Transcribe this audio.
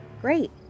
Great